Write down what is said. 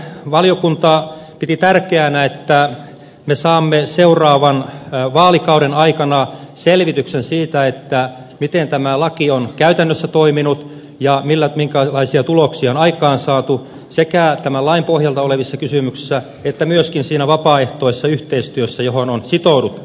valiokunta piti tärkeänä että me saamme seuraavan vaalikauden aikana selvityksen siitä miten tämä laki on käytännössä toiminut ja minkälaisia tuloksia on aikaansaatu sekä tämän lain pohjalta olevissa kysymyksissä että myöskin siinä vapaaehtoisessa yhteistyössä johon on sitouduttu